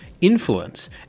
influence